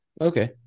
Okay